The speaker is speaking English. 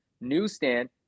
Newsstand